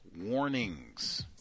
warnings